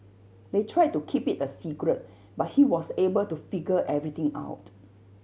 they tried to keep it a secret but he was able to figure everything out